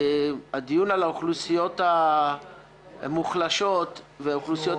לצד הדיון על האוכלוסיות המוחלשות ואוכלוסיות